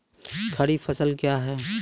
खरीफ फसल क्या हैं?